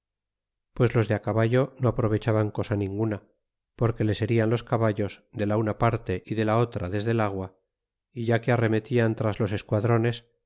pues los de caballo no aprovechaban cosa ninguna porque les herian los caballos de la una parte y de la otra desde el agua y ya que arremetian tras los esquadlones